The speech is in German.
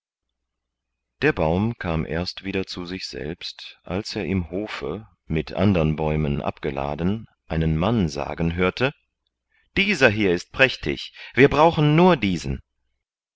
der baum kam erst wieder zu sich selbst als er im hofe mit andern bäumen abgeladen einen mann sagen hörte dieser hier ist prächtig wir brauchen nur diesen